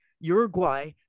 Uruguay